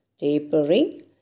tapering